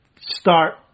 start